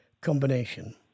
combination